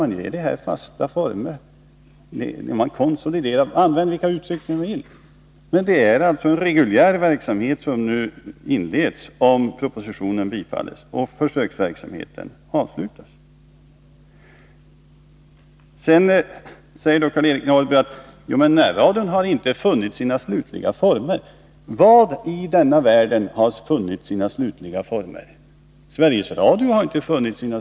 Man ger den fasta former, man konsoliderar den — man må använda vilka uttryck man vill. Det är en reguljär verksamhet som inleds, om propositionen bifalls och försöksverksamheten avslutas. Vidare säger Karl-Eric Norrby att närradion inte har funnit sina slutliga former. Vad i denna världen har funnit sina slutliga former? Sveriges Radio har inte gjort det.